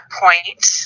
point